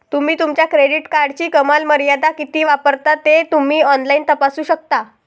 तुम्ही तुमच्या क्रेडिट कार्डची कमाल मर्यादा किती वापरता ते तुम्ही ऑनलाइन तपासू शकता